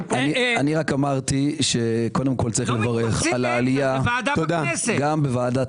אמרתי שקודם כך יש לברך על העלייה גם בוועדת